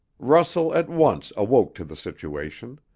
russell at once awoke to the situation.